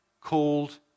called